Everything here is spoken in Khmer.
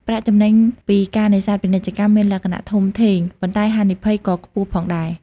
ប្រាក់ចំណេញពីការនេសាទពាណិជ្ជកម្មមានលក្ខណៈ ធំធេង ប៉ុន្តែហានិភ័យក៏ខ្ពស់ផងដែរ។